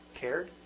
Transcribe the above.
cared